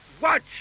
watch